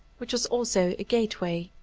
which was also a gateway,